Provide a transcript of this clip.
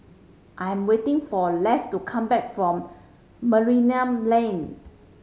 I am waiting for Lafe to come back from Merlimau Lane